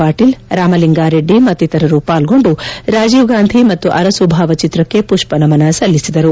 ಪಾಟೀಲ್ ರಾಮಲಿಂಗಾ ರೆಡ್ಡಿ ಮತ್ತಿತರರು ಪಾಲ್ಗೊಂಡು ರಾಜೀವ್ ಗಾಂಧಿ ಮತ್ತು ಅರಸು ಭಾವಚಿತ್ರಕ್ಷೆ ಪುಷ್ವ ನಮನ ಸಲ್ಲಿಸಿದರು